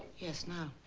yes now.